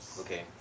okay